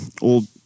old